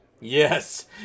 Yes